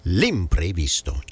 l'imprevisto